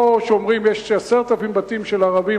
לא שאומרים: יש לי 10,000 בתים של ערבים,